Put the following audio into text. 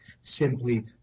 simply